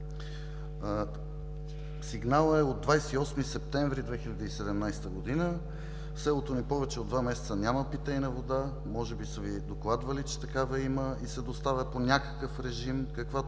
Сигналът е от 28 септември 2017 г. „В селото ни повече от два месеца няма питейна вода. Може би са Ви докладвали, че такава има и се доставя по някакъв режим, каквато